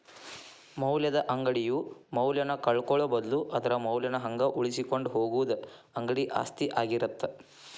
ಮೌಲ್ಯದ ಅಂಗಡಿಯು ಮೌಲ್ಯನ ಕಳ್ಕೊಳ್ಳೋ ಬದ್ಲು ಅದರ ಮೌಲ್ಯನ ಹಂಗ ಉಳಿಸಿಕೊಂಡ ಹೋಗುದ ಅಂಗಡಿ ಆಸ್ತಿ ಆಗಿರತ್ತ